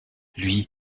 lui